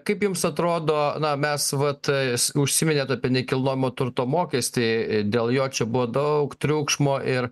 kaip jums atrodo na mes vat es užsiminėt apie nekilnojamo turto mokestį dėl jo čia buvo daug triukšmo ir